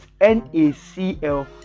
nacl